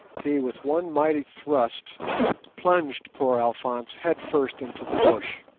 he with one mighty thrust plunged poor alphonse head first into the bush,